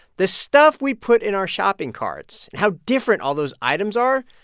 the stuff we put in our shopping carts, how different all those items are,